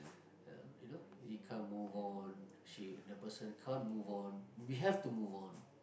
uh you know you can't move on she the person can't move on we have to move on